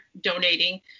donating